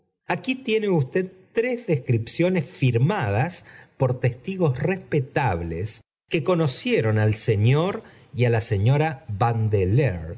aquí tiene usted tres descripciones firmadas por testigos respetables que conocieron al señor y á la señora vandoleur en la